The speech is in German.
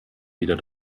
wieder